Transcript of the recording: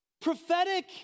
prophetic